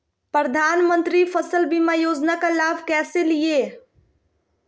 प्रधानमंत्री फसल बीमा योजना का लाभ कैसे लिये?